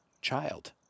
child